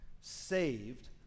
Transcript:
saved